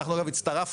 אנחנו, אגב, הצטרפנו.